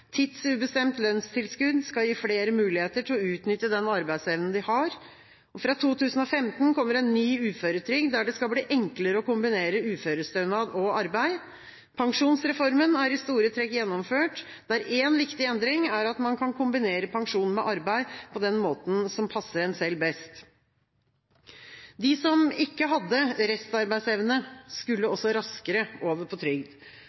Tidsubestemt lønnstilskudd skal gi flere mulighet til å utnytte den arbeidsevnen de har. Fra 2015 kommer en ny uføretrygd, der det skal bli enklere å kombinere uførestønad og arbeid. Pensjonsreformen er i store trekk gjennomført, der én viktig endring er at man kan kombinere pensjon med arbeid på den måten som passer en selv best. De som ikke hadde restarbeidsevne, skulle også raskere over på trygd.